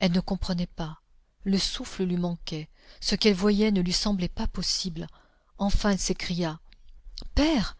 elle ne comprenait pas le souffle lui manquait ce qu'elle voyait ne lui semblait pas possible enfin elle s'écria père